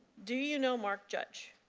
do you know mark judge?